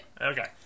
Okay